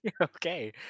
Okay